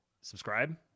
subscribe